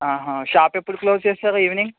shop ఎప్పుడు close చేస్తారు evening